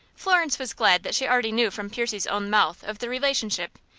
florence was glad that she already knew from percy's own mouth of the relationship,